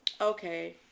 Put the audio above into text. okay